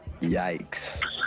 Yikes